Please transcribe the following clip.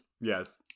yes